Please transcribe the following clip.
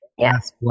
Yes